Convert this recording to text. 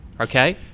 Okay